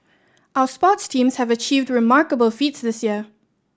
our sports teams have achieved remarkable feats this year